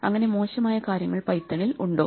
അങ്ങനെ മോശമായ കാര്യങ്ങൾ പൈത്തണിൽ ഉണ്ടോ